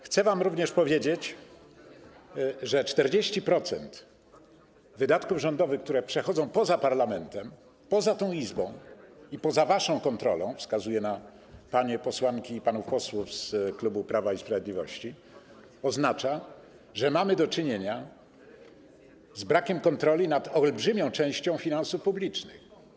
Chcę wam również powiedzieć, że 40% wydatków rządowych, które przechodzą poza parlamentem, poza tą Izbą i poza waszą kontrolą - wskazuję na panie posłanki i panów posłów z klubu Prawa i Sprawiedliwości - oznacza, że mamy do czynienia z brakiem kontroli nad olbrzymią częścią finansów publicznych.